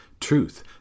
truth